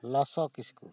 ᱞᱚᱥᱚ ᱠᱤᱥᱠᱩ